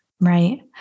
Right